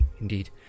Indeed